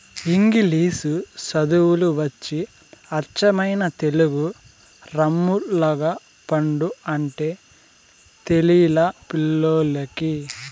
ఇంగిలీసు చదువులు వచ్చి అచ్చమైన తెలుగు రామ్ములగపండు అంటే తెలిలా పిల్లోల్లకి